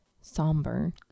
somber